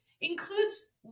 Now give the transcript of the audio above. includes